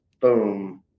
boom